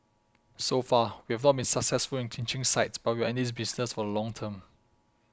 so far we have not been successful in clinching sites but we are in this business for the long term